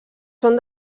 són